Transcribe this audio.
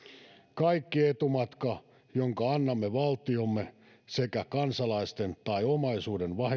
kaikki etumatka jonka annamme valtiomme sekä kansalaisten tai omaisuuden